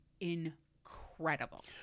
incredible